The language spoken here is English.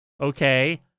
Okay